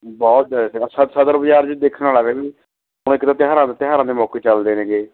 ਬਹੁਤ ਜ਼ਿਆਦਾ ਸ ਸਦਰ ਬਾਜ਼ਾਰ 'ਚ ਦੇਖਣ ਵਾਲਾ ਇੱਕ ਦਾ ਤਿਉਹਾਰਾਂ ਦੇ ਤਿਉਹਾਰਾਂ ਦੇ ਮੌਕੇ ਚੱਲਦੇ ਨੇਗੇ